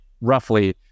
roughly